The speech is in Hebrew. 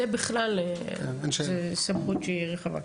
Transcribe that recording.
זה סמכות שהיא רחבה.